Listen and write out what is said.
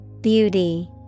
Beauty